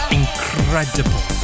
incredible